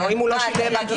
אם הוא לא שילם אגרה.